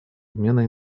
обмена